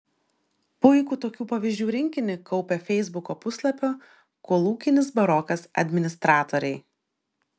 puikų tokių pavyzdžių rinkinį kaupia feisbuko puslapio kolūkinis barokas administratoriai